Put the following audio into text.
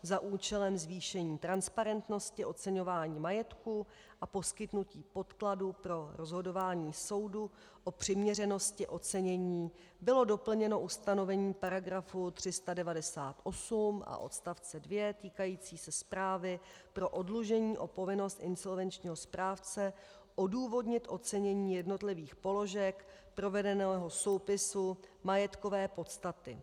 Za účelem zvýšení transparentnosti oceňování majetku a poskytnutí podkladů pro rozhodování soudu o přiměřenosti ocenění bylo doplněno ustanovení § 398 odst. 2 týkající se zprávy pro oddlužení o povinnost insolvenčního správce odůvodnit ocenění jednotlivých položek provedeného soupisu majetkové podstaty.